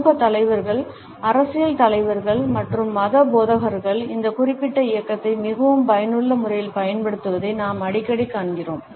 சமூக தலைவர்கள் அரசியல் தலைவர்கள் மற்றும் மத போதகர்கள் இந்த குறிப்பிட்ட இயக்கத்தை மிகவும் பயனுள்ள முறையில் பயன்படுத்துவதை நாம் அடிக்கடி காண்கிறோம்